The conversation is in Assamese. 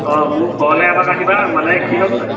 অঁ মোৰ ঘৰলৈ এপাক আহিবা মানে কি হ'ল